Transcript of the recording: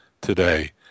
today